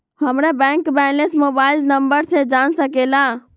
हमारा bank balance mobile number से जान सके ला?